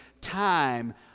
time